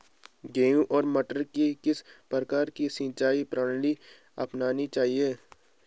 गेहूँ और मटर के लिए किस प्रकार की सिंचाई प्रणाली अपनानी चाहिये?